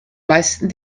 meisten